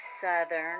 southern